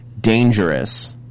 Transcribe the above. dangerous